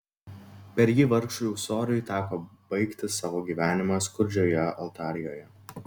per jį vargšui ūsoriui teko baigti savo gyvenimą skurdžioje altarijoje